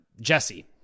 Jesse